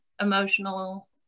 emotional